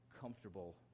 comfortable